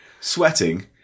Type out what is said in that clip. sweating